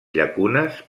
llacunes